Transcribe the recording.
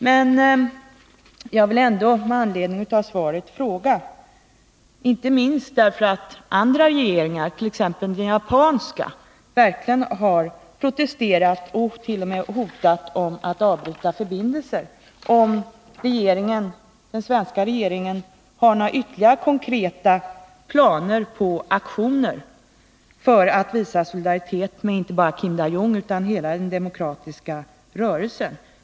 Men jag vill ändå med anledning av svaret fråga — inte minst därför att andra regeringar, t.ex. den japanska, verkligen har protesterat och t.o.m. hotat med att avbryta förbindelser — om den svenska regeringen har några ytterligare konkreta planer på aktioner för att visa solidaritet med inte bara Kim Dae-Jung utan med hela den demokratiska rörelsen.